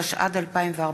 התשע"ד 2014,